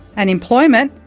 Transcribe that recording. and employment,